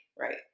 Right